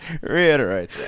reiterate